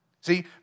See